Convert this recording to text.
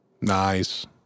Nice